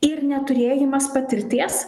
ir neturėjimas patirties